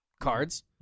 cards